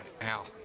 Al